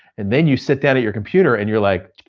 and then you sit down at your computer and you're like.